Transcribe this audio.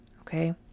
okay